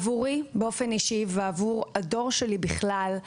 עבורי באופן אישי ועבור הדור שלי בכלל,